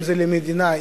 אם למדינה,